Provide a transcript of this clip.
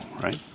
right